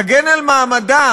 תגן על מעמדם.